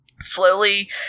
slowly